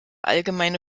allgemeine